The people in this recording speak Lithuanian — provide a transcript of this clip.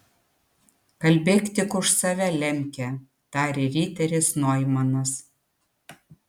kalbėk tik už save lemke tarė riteris noimanas